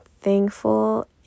thankful